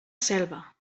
selva